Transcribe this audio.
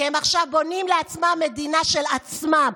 כי הם עכשיו בונים לעצמם מדינה של עצמם.